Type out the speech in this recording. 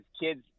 kids